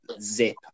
Zip